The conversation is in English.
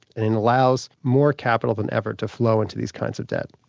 and allows more capital than ever to flow into these kinds of debt.